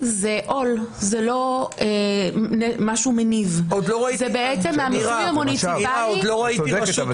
הוא מסר שאומר, למרות שבית המשפט עצמו לא חשב